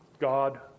God